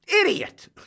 Idiot